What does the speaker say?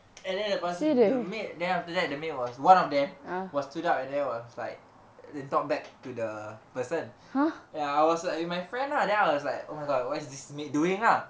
and then lepas tu the maid then after that the maid was one of them was stood out and then I was like they talk back to the person then I was like with my friend lah then I was like oh my god what's this maid doing ah